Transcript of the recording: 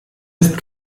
ist